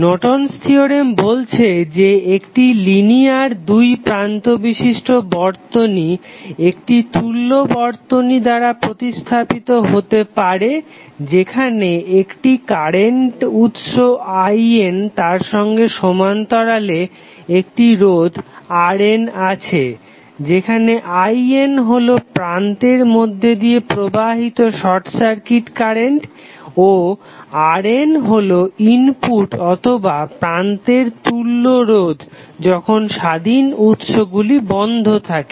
Norton's theorem Nortons Theorem বলছে যে একটি লিনিয়ার দুই প্রান্ত বিশিষ্ট বর্তনী একটি তুল্য বর্তনী দ্বারা প্রতিস্থাপিত হতে পারে যেখানে একটি কারেন্ট উৎস IN তার সঙ্গে সমান্তরালে একটি রোধ RN আছে যেখানে IN হলো প্রান্তের মধ্যে দিয়ে প্রবাহিত শর্ট সার্কিট কারেন্ট ও RN হলো ইনপুট অথবা প্রান্তের তুল্য রোধ যখন স্বাধীন উৎসগুলি বন্ধ থাকে